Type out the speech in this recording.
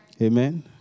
Amen